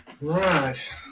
Right